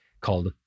called